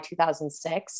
2006